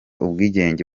ubwigenge